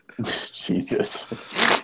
Jesus